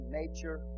nature